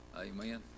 Amen